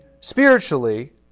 spiritually